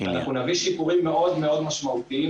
ואנחנו נביא שיפורים מאוד מאוד משמעותיים